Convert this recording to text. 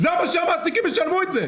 אז למה שהמעסיקים ישלמו את זה?